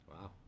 Wow